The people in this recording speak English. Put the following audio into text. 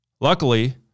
Luckily